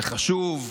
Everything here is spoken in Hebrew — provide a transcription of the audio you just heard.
זה חשוב.